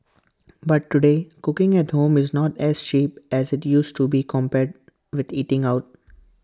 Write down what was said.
but today cooking at home is not as cheap as IT used to be compared with eating out